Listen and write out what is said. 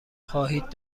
خواهید